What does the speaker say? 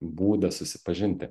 būdą susipažinti